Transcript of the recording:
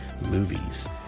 movies